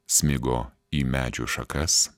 smigo į medžių šakas